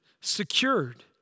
secured